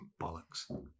Bollocks